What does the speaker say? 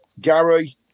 Gary